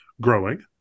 growing